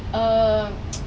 err